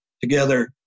together